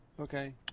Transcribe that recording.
Okay